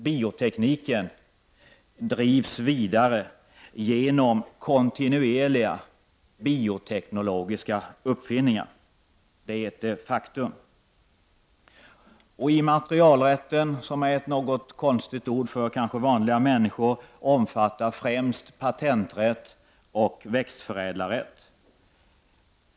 Biotekniken drivs vidare genom kontinuerliga bioteknologiska uppfinningar, det är ett faktum. Immaterialrätten, som kanske är ett något konstigt ord för vanliga människor, omfattar främst patenträtt och växtförädlarrätt.